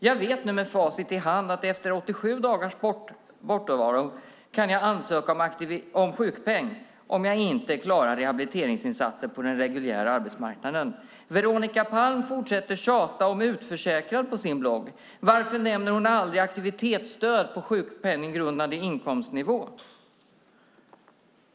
Jag vet nu med facit i hand att efter 87 dagars bortovaro kan jag ansöka om sjukpeng om jag inte klarar rehabiliteringsinsatser på den reguljära arbetsmarknaden. Veronica Palm fortsätter tjata om utförsäkring på sin blogg. Varför nämner hon aldrig aktivitetsstöd på sjukpenninggrundande inkomstnivå?